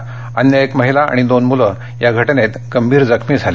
तर अन्य एक महिला आणि दोन मुल या घटनेत गंभीर जखमी झाले